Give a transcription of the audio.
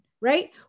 right